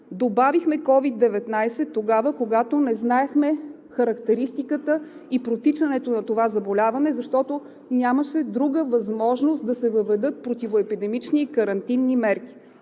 добавихме COVID-19 тогава, когато не знаехме характеристиката и протичането на това заболяване, защото нямаше друга възможност да се въведат противоепидемични и карантинни мерки.